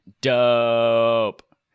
dope